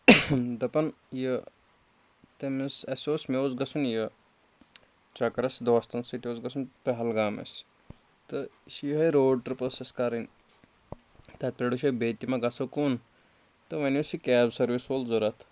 دَپان یہِ تٔمِس اَسہِ اوس مےٚ اوس گژھُن یہِ چکرَس دوستَن سۭتۍ اوس گژھُن پہلگام اَسہِ تہٕ چھِ یِہوٚے روڈ ٹِرٛپ ٲس اَسہِ کَرٕنۍ تَتہِ پٮ۪ٹھ وٕچھو بیٚیہِ تہِ مَہ گژھو کُن تہٕ وَنہِ ٲس یہِ کیب سٔروِس وول ضوٚرَتھ